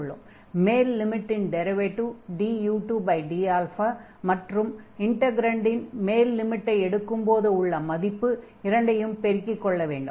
மேல் லிமிட்டின் derivative du2d மற்றும் இன்டக்ரன்டின் மேல் லிமிட்டை எடுக்கும்போது உள்ள மதிப்பு இரண்டையும் பெருக்கிக் கொள்ள வேண்டும்